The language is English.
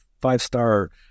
five-star